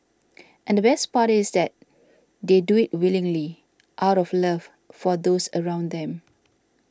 and the best part is that they do it willingly out of love for those around them